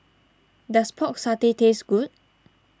does Pork Satay taste good